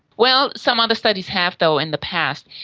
well, some other studies have though in the past.